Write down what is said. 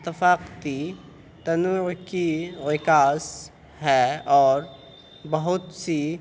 تفاقتی تنوع کی عکاس ہے اور بہت سی